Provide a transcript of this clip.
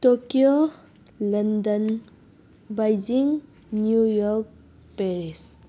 Tokyo London Beijing New York Paris